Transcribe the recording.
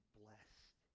blessed